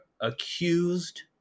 accused